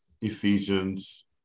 Ephesians